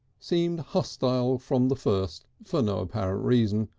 seemed hostile from the first for no apparent reason,